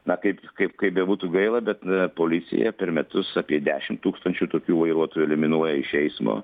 na kaip kaip kaip bebūtų gaila bet policija per metus apie dešim tūkstančių tokių vairuotojų eliminuoja iš eismo